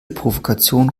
provokation